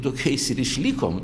tokiais ir išlikom